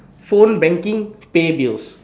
phone banking pay bills